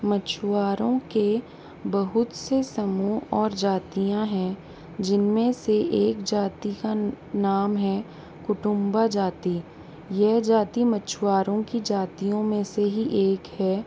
मछुआरों के बहुत से समूह और जातियाँ हैं जिनमें से एक जाति का नाम है कुटुम्बा जाति यह जाति मछुआरों के ही जाति में से ही एक है